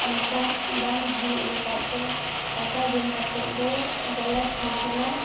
ᱚᱱᱠᱟ ᱵᱟᱝ ᱦᱩᱭᱩᱜ ᱞᱮᱠᱟᱛᱮ ᱴᱟᱠᱟ ᱡᱚᱢ ᱠᱟᱛᱮᱫ ᱫᱚ ᱜᱚᱞᱚᱛ ᱯᱷᱟᱭᱥᱟᱞᱟ